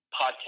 podcast